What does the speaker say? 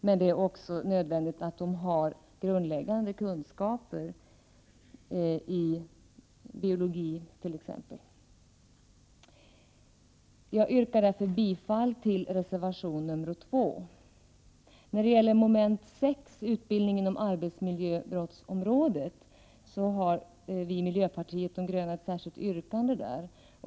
Men det är också nödvändigt att de har grundläggande kunskaper i t.ex. biologi. Jag yrkar därför bifall till reservation 2. När det gäller moment 6, utbildning om arbetsmiljöbrott, har miljöpartiet de gröna fogat ett särskilt yttrande till betänkandet om detta.